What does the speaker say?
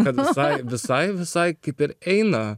kad visai visai visai kaip ir eina